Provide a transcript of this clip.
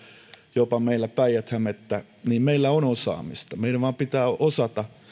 jopa meillä päijät hämettä niin meillä on osaamista meidän pitää vain osata